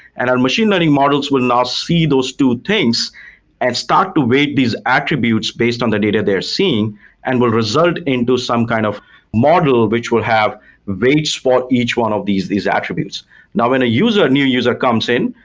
and our machine learning models will now see those two things and start to wait these attributes based on the data they're seeing and will result into some kind of model, which will have weights for each one of these these attributes now when a user, a new user comes in,